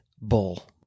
Bull